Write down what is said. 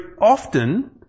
often